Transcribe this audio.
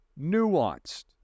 nuanced